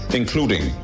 including